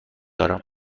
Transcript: دادم